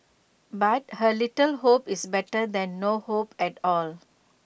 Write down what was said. but A little hope is better than no hope at all